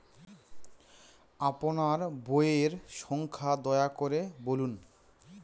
আপনার বইয়ের সংখ্যা দয়া করে বলুন?